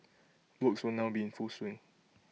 works will now be in full swing